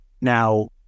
Now